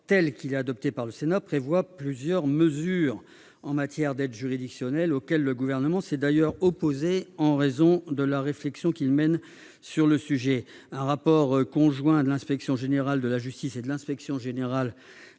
tel qu'il a été adopté par le Sénat prévoit plusieurs mesures en matière d'aide juridictionnelle, auxquelles le Gouvernement s'est d'ailleurs opposé en raison de la réflexion qu'il mène actuellement sur le sujet. Un rapport conjoint de l'Inspection générale de la justice et de l'Inspection générale